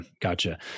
gotcha